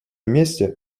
месте